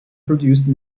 produced